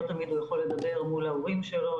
לא תמיד הוא יכול לדבר מול ההורים שלו,